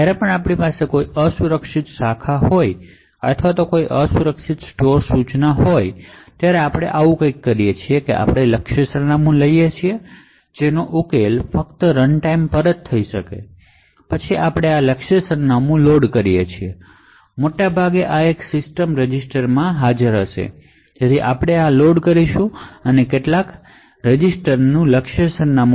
જ્યારે પણ આપણી પાસે કોઈ અસુરક્ષિત બ્રાન્ચ હોય અથવા કોઈ અસુરક્ષિત સ્ટોર ઇન્સટ્રકશન હોય ત્યારે આપણે આ કરીએ છીએ તે છે કે આપણે ટાર્ગેટ સરનામું લઈએ છીએ જેનો ઉકેલ ફક્ત રનટાઈમ પર થઈ શકે છે અને પછી આપણે આ ટાર્ગેટ સરનામું લોડ કરીએ છીએ મોટે ભાગે આ એક રજિસ્ટરમાં હશે આપણે આ ટાર્ગેટ સરનામું લોડ કરીશું કેટલાક ડેડીકેટેડ રજિસ્ટરમાં